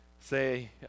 Say